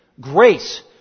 grace